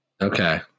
Okay